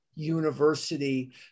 University